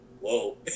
whoa